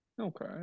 Okay